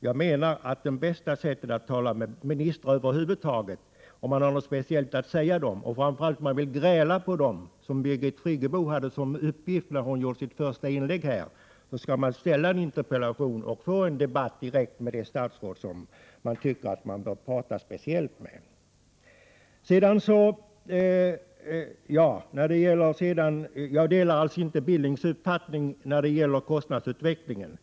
Jag menar att det bästa sättet att komma till tals med en minister, om man har något speciellt att säga, framför allt om man vill gräla på ministern, som Birgit Friggebo såg som sin uppgift när hon gjorde sitt första inlägg, är att ställa en interpellation till det statsrådet. Jag delar inte Billings uppfattning om kostnadsutvecklingen.